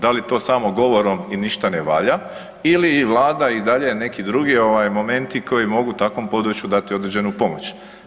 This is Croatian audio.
Da li to samo govorom i ništa ne valja ili Vlada i dalje neki drugi ovaj momenti koji mogu takvom području dati određenu pomoć.